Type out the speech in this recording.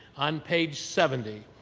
on page seventy,